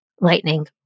Lightning